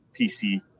PC